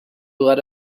let